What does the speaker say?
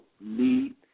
need